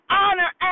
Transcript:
honor